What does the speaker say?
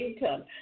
income